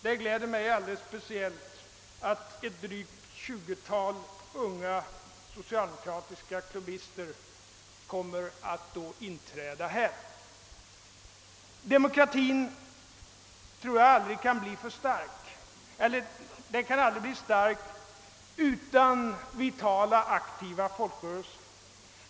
Det gläder mig mycket att ett drygt tjugotal unga socialdemokratiska klubbister då kommer att ta plats i denna kammare. Jag tror att demokratin aldrig kan bli stark utan vitala, aktiva folkrörelser.